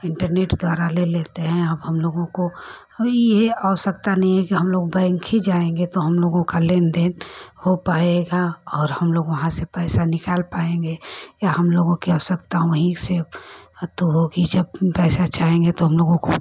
internet द्वारा ले लेते हैं अब हमलोगों को अब यह आवश्यकता नहीं है कि हमलोग बैंक ही जाएँगे तो हमलोगों का लेनदेन हो पाएगा और हमलोग वहाँ से पैसा निकाल पाएँगे या हमलोगों की आवश्यकता वहीं से होगी जब पैसा चाहेंगे तो हमलोगों को